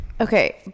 okay